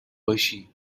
باشی